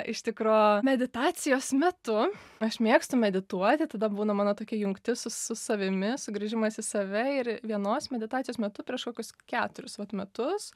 iš tikro meditacijos metu aš mėgstu medituoti tada būna mano tokia jungtis su su savimi sugrįžimas į save ir vienos meditacijos metu prieš kokius keturis vat metus